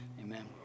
amen